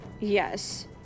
Yes